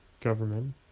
government